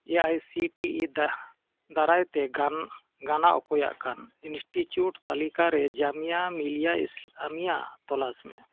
A I C T E ᱫᱟ ᱫᱟᱨᱟᱭ ᱛᱮ ᱜᱟᱱ ᱜᱟᱱᱟ ᱚᱠᱚᱭᱟᱜ ᱠᱟᱱ ᱤᱱᱥᱴᱤᱴᱤᱭᱩᱴ ᱛᱟᱹᱞᱤᱠᱟ ᱨᱮ ᱡᱟᱢᱤᱭᱟ ᱢᱤᱞᱤᱭᱟ ᱤᱥᱞᱟᱢᱤᱭᱟ ᱛᱚᱞᱟᱥ ᱢᱮ